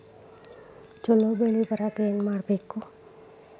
ಛಲೋ ಬೆಳಿ ಬರಾಕ ಏನ್ ಮಾಡ್ಬೇಕ್?